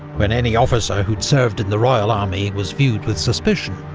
when any officer who'd served in the royal army was viewed with suspicion.